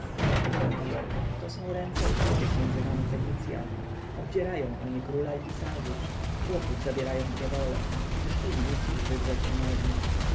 rzekł pentuer to są ręce ukrytych między nami fenicjan obdzierają oni króla i pisarzów a chłopów zabierają w niewolę gdyż im nic już wydrzeć nie można